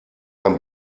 ein